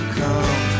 come